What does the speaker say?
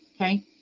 Okay